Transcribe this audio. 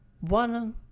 One